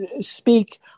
speak